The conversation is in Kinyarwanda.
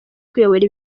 kuyobora